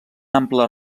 ample